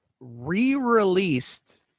re-released